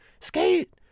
Skate